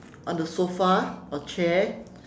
on the sofa or chair